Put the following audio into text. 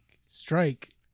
strike